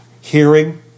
hearing